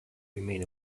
remain